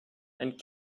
and